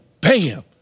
Bam